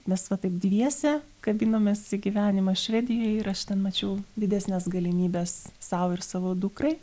mes va taip dviese kabinomės į gyvenimą švedijoj ir aš ten mačiau didesnes galimybes sau ir savo dukrai